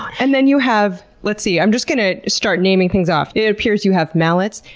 and then you have. let's see, i'm just going to start naming things off. it appears you have mallets,